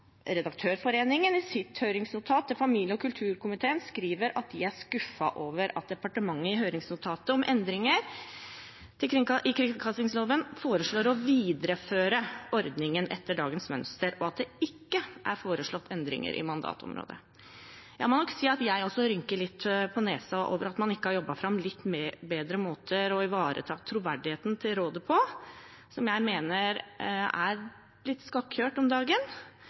Redaktørforeningen i sitt høringsnotat til familie- og kulturkomiteen skriver at de er skuffet over at departementet i høringsnotatet om endringer i kringkastingsloven foreslår å videreføre ordningen etter dagens mønster, og at det ikke er foreslått endringer i mandatområdet. Jeg må nok si at også jeg rynker litt på nesen over at man ikke har jobbet fram litt bedre måter å ivareta troverdigheten til rådet på, som jeg mener er blitt skakkjørt om dagen